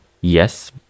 yes